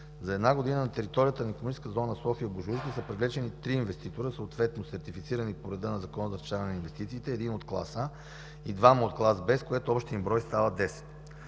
За една година на територията на „Икономическа зона София – Божурище” са привлечени трима инвеститори, съответно сертифицирани по реда на Закона за насърчаване на инвестициите, един от клас А и двама от клас Б, с което общият им брой става 10.